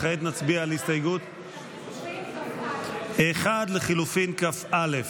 כעת נצביע על הסתייגות 1 לחלופין כ"א.